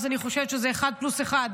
אז אני חושבת שזה אחד פלוס אחד,